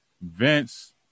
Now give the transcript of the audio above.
Vince